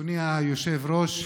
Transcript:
אדוני היושב-ראש,